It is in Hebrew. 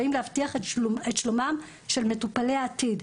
באים להבטיח את שלומם של מטופלי העתיד,